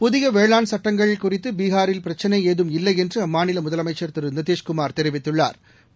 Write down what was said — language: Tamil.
புதிய வேளாண் சுட்டங்கள் குறிதது பீகாரில் பிரச்சினை ஏதும் இல்லை என்று அம்மாநில முதலமைச்சா் திரு நிதிஷ்குமாா் தெரிவித்துள்ளாா்